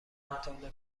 مطالب